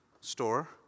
store